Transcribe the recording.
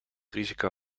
risico